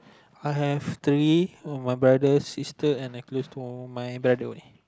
I have three my brother sister and a for my brother only